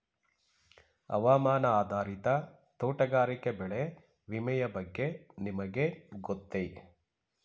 ಹವಾಮಾನ ಆಧಾರಿತ ತೋಟಗಾರಿಕೆ ಬೆಳೆ ವಿಮೆಯ ಬಗ್ಗೆ ನಿಮಗೆ ಗೊತ್ತೇ?